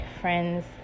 friend's